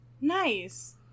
Nice